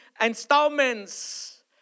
installments